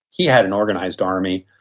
he had an organised army,